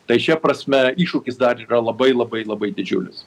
tai šia prasme iššūkis dar yra labai labai labai didžiulis